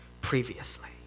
previously